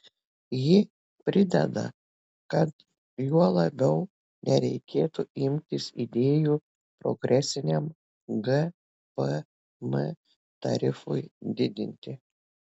ji prideda kad juo labiau nereikėtų imtis idėjų progresiniam gpm tarifui didinti